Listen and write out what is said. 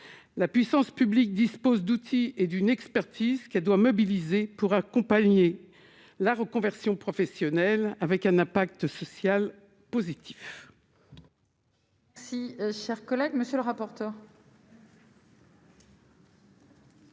la puissance publique dispose d'outils et d'une expertise qui doit mobiliser pour accompagner la reconversion professionnelle, avec un impact social positif. Si chers collègue monsieur le rapporteur.